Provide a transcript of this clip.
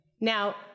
Now